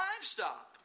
livestock